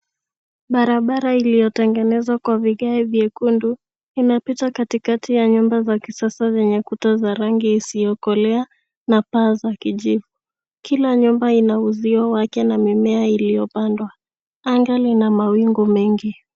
Barabara iliyotengenezwa kwa vigae vyekundu inapita katikati ya nyumba za kisasa zenye kuta za rangi isiyokolea na paa za kijivu. Kila nyumba ina uzuo wake na mimea iliyopandwa. Anga lina mawingu mengi.